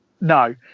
No